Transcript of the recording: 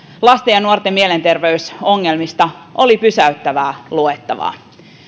lasten ja nuorten mielenterveysongelmista oli pysäyttävää luettavaa